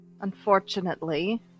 Unfortunately